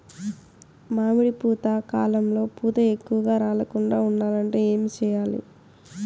మామిడి పూత కాలంలో పూత ఎక్కువగా రాలకుండా ఉండాలంటే ఏమి చెయ్యాలి?